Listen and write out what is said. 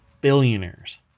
billionaires